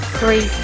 three